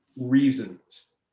reasons